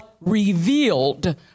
revealed